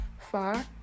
far